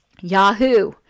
Yahoo